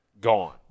gone